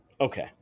Okay